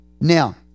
now